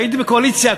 כשהייתי בקואליציה,